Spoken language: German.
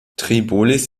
tripolis